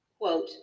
Quote